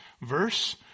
verse